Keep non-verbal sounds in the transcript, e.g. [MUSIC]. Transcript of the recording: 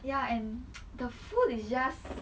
ya and [NOISE] the food is just